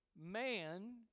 man